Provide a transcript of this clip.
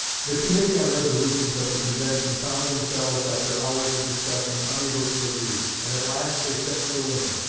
the committee on resolutions at the convention found themselves after hours of discussion, unable to agree and at last they sent for lincoln.